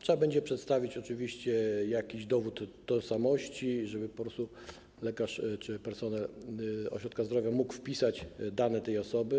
Trzeba będzie oczywiście przedstawić jakiś dowód tożsamości, żeby po prostu lekarz czy personel ośrodka zdrowia mógł wpisać dane tej osoby.